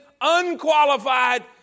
unqualified